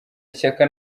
ishyaka